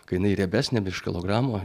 kai jinai riebesnė virš kilogramo